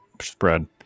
spread